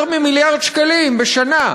יותר ממיליארד שקלים בשנה,